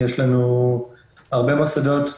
יש לנו הרבה מוסדות,